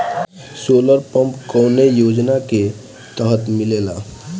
Solar pump कौने योजना के तहत मिलेला?